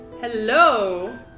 Hello